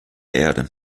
erde